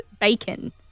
Bacon